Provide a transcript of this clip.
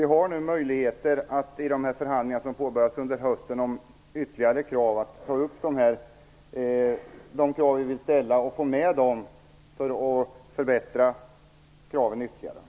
Vi har nu möjligheter att i de förhandlingar om ytterligare krav som påbörjas under hösten att ta upp de krav vi vill ställa och få med dem, för att förbättra kraven ytterligare.